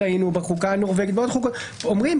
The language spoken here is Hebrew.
בחוקה הנורבגית ובעוד חוקות אומרים